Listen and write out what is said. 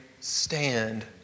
stand